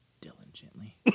diligently